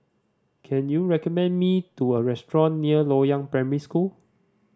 can you recommend me to a restaurant near Loyang Primary School